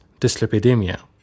dyslipidemia